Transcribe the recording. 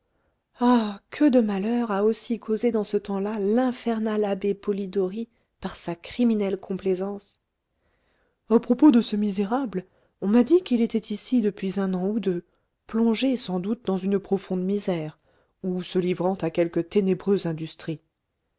ah que de malheurs a aussi causés dans ce temps-là l'infernal abbé polidori par sa criminelle complaisance à propos de ce misérable on m'a dit qu'il était ici depuis un an ou deux plongé sans doute dans une profonde misère ou se livrant à quelque ténébreuse industrie